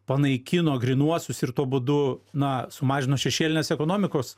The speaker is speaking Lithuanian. panaikino grynuosius ir tuo būdu na sumažino šešėlinės ekonomikos